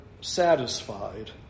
satisfied